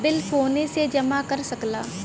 bill फोने से जमा कर सकला